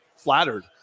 Flattered